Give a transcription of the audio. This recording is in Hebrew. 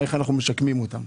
איך אנחנו משקמים אותם.